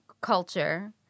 culture